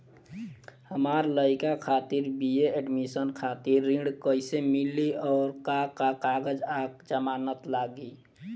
हमार लइका खातिर बी.ए एडमिशन खातिर ऋण कइसे मिली और का का कागज आ जमानत लागी?